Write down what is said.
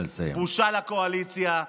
בושה לקואליציה.